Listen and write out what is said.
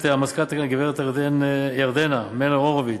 המזכירה, הגברת ירדנה מלר-הורוביץ,